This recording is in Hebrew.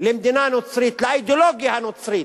למדינה נוצרית, לאידיאולוגיה הנוצרית.